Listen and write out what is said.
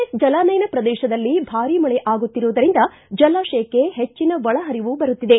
S ಜಲಾನಯನ ಪ್ರದೇಶದಲ್ಲಿ ಭಾರಿ ಮಳೆ ಆಗುತ್ತಿರುವುದರಿಂದ ಜಲಾಶಯಕ್ಕೆ ಹೆಚ್ಚಿನ ಒಳಹರಿವು ಬರುತ್ತಿದೆ